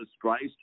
Christ